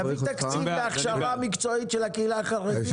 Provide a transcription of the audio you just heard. תביא תקציב להכשרה מקצועית של הקהילה החרדית.